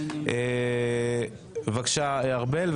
בבקשה, ארבל.